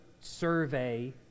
survey